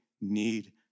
need